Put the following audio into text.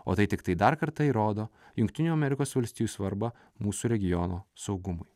o tai tiktai dar kartą įrodo jungtinių amerikos valstijų svarbą mūsų regiono saugumui